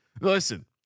Listen